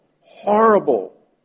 horrible